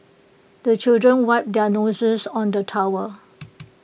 the children wipe their noses on the towel